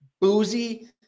boozy